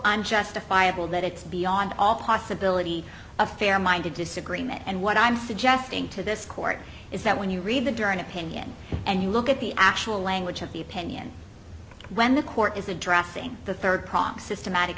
i'm justifiable that it's beyond all possibility a fair minded disagreement and what i'm suggesting to this court is that when you read the darn opinion and you look at the actual language of the opinion when the court is addressing the third prong systematic